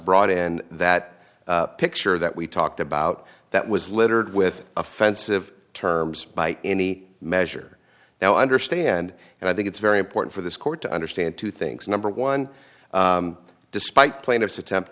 brought in that picture that we talked about that was littered with offensive terms by any measure now i understand and i think it's very important for this court to understand two things number one despite plaintiff's attempt